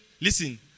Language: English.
listen